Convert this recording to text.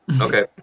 Okay